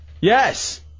Yes